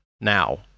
Now